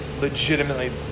legitimately